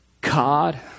God